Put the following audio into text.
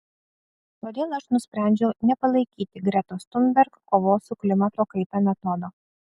todėl aš nusprendžiau nepalaikyti gretos thunberg kovos su klimato kaita metodo